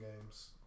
games